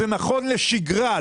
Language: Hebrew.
זה נכון לשגרה.